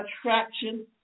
attraction